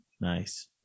Nice